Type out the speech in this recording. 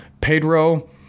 Pedro